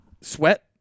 sweat